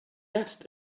asked